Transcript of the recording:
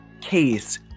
case